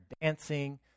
dancing